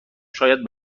شاید